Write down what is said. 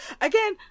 Again